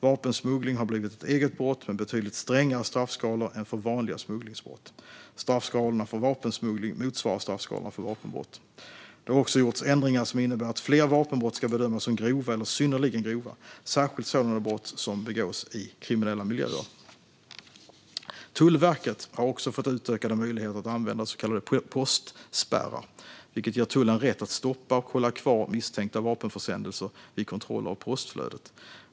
Vapensmuggling har blivit ett eget brott med betydligt strängare straffskalor än för vanliga smugglingsbrott. Straffskalorna för vapensmuggling motsvarar straffskalorna för vapenbrott. Det har också gjorts ändringar som innebär att fler vapenbrott ska bedömas som grova eller synnerligen grova, särskilt sådana brott som begås i kriminella miljöer. Tullverket har också fått utökade möjligheter att använda så kallade postspärrar, vilket ger tullen rätt att stoppa och hålla kvar misstänkta vapenförsändelser vid kontroller av postflödet.